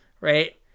Right